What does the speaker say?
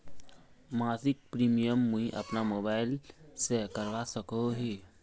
मासिक प्रीमियम मुई अपना मोबाईल से करवा सकोहो ही?